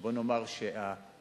בוא נאמר שהמדינה